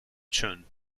chun